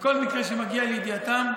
כל מקרה שמגיע לידיעתם,